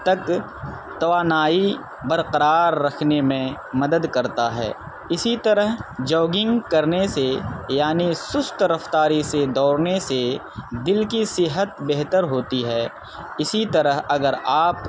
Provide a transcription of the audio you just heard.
تک توانائی برقرار رکھنے میں مدد کرتا ہے اسی طرح جوگنگ کرنے سے یعنی سست رفتاری سے دوڑنے سے دل کی صحت بہتر ہوتی ہے اسی طرح اگر آپ